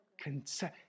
concern